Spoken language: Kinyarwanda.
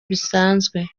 bisanzwe